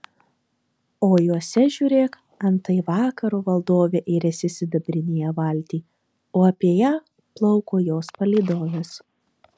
o juose žiūrėk antai vakaro valdovė iriasi sidabrinėje valtyj o apie ją plauko jos palydovės